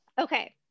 Okay